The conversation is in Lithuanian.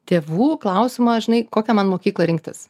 tėvų klausimą žinai kokią man mokyklą rinktis